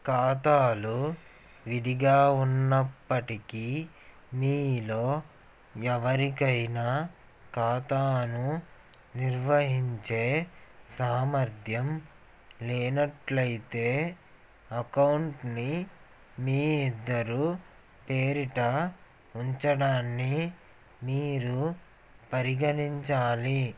ఖాతాలు విడిగా ఉన్నప్పటికీ మీలో ఎవరికైనా ఖాతాను నిర్వహించే సామర్థ్యం లేనట్లయితే అకౌంట్ని మీ ఇద్దరు పేరిట ఉంచడాన్ని మీరు పరిగణించాలి